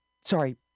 sorry